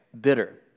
bitter